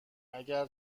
اگر